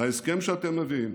להסכם שאתם מביאים